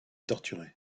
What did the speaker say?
torturé